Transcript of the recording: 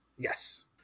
yes